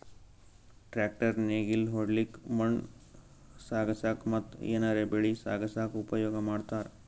tractor ನೇಗಿಲ್ ಹೊಡ್ಲಿಕ್ಕ್ ಮಣ್ಣ್ ಸಾಗಸಕ್ಕ ಮತ್ತ್ ಏನರೆ ಬೆಳಿ ಸಾಗಸಕ್ಕ್ ಉಪಯೋಗ್ ಮಾಡ್ತಾರ್